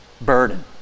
burden